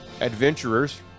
Adventurers